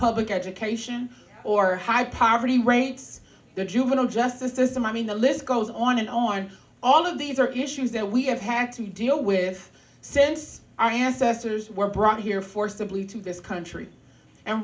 public education or high poverty rates the juvenile justice system i mean the list goes on and on all of these are issues that we have had to deal with since i asked us to those were brought here forcibly to this country and